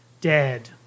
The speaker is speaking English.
Dead